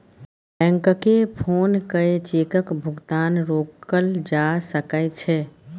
बैंककेँ फोन कए चेकक भुगतान रोकल जा सकै छै